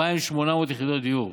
2,800 יחידות דיור.